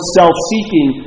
self-seeking